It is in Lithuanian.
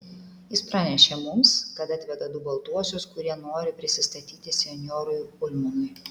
jis pranešė mums kad atveda du baltuosius kurie nori prisistatyti senjorui ulmanui